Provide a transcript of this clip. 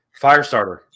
Firestarter